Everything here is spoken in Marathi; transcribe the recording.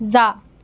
जा